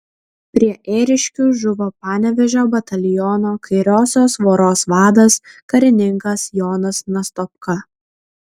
prie ėriškių žuvo panevėžio bataliono kairiosios voros vadas karininkas jonas nastopka